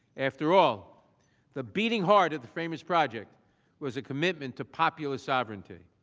after all the beating heart of the framers project was a commitment to popular sovereignty.